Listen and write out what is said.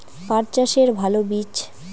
পাঠ চাষের ভালো বীজ?